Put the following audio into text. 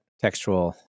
Textual